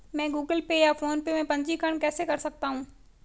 मैं Google Pay या PhonePe में पंजीकरण कैसे कर सकता हूँ?